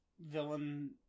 villain